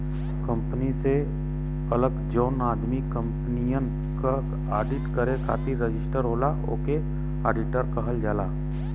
company से अलग जौन आदमी कंपनियन क आडिट करे खातिर रजिस्टर होला ओके आडिटर कहल जाला